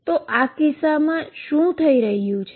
હવે આપણે શું થઈ રહ્યું છે